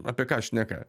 apie ką šneka